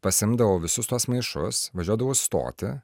pasiimdavau visus tuos maišus važiuodavau į stotį